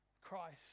Christ